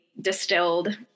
distilled